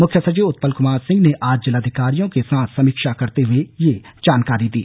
मुख्य सचिव उत्पल कुमार सिंह ने आज जिलाधिकारियों के साथ समीक्षा करते हुए ये जानकारी दी